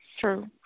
True